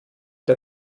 der